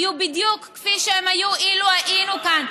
היו בדיוק כפי שהן היו אילו היינו כאן.